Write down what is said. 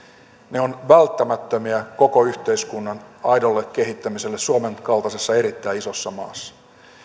ne ovat välttämättömiä koko yhteiskunnan aidolle kehittämiselle suomen kaltaisessa erittäin isossa maassa